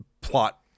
plot